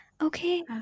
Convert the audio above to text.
Okay